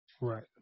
Right